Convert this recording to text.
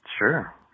Sure